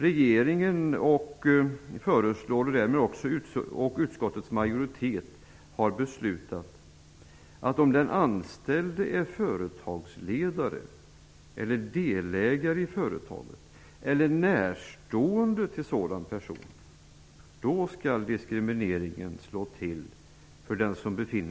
Regeringen föreslår och utskottets majoritet har beslutat att diskrimineringen skall slå till "om den anställde är företagsledare eller delägare i företaget eller närstående till sådan person".